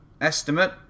estimate